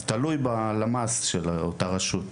זה תלוי בלמ"ס של אותה רשות.